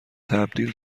تبدیل